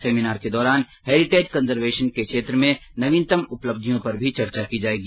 seminar के दौरान heritage conservation के क्षेत्र में नवीनतम उपलब्धियों पर चर्चा की जाएगी